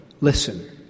listen